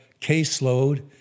caseload